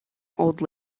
old